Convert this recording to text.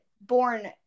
born